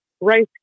rice